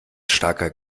starker